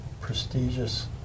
prestigious